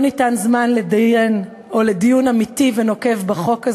ניתן זמן לדיון אמיתי ונוקב בחוק הזה.